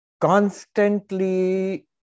constantly